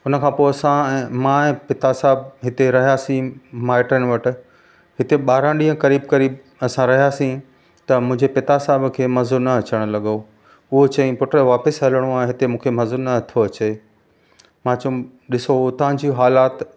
हुन खां पोइ असां मां ऐं पिता साहिबु हिते रहियासीं माइटनि वटि हिते ॿारहं ॾींहं क़रीबु क़रीबु असां रहियासीं त मुंहिंजे पिता साहिब खे मज़ो न अचणु लॻो उहा चई पुटु वापसि हलिणो आहे हिते मूंखे मज़ो नथो अचे मां चयुमि ॾिसो तव्हांजो हालति